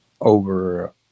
over